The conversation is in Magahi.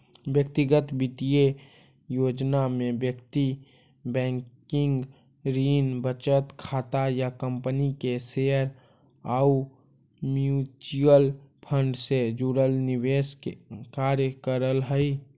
व्यक्तिगत वित्तीय योजना में व्यक्ति बैंकिंग, ऋण, बचत खाता या कंपनी के शेयर आउ म्यूचुअल फंड से जुड़ल निवेश कार्य करऽ हइ